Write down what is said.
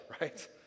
right